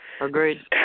Agreed